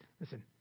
Listen